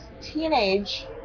teenage